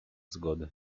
zgody